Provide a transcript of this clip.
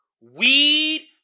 Weed